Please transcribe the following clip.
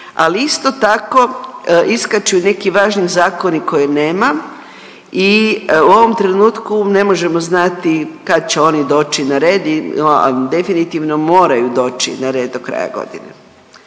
ali isto tako iskaču i neki važni zakoni koje nemam i u ovom trenutku ne možemo znati kad će oni doći na red, a definitivno moraju doći na red do kraja godine.